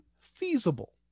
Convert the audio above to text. Feasible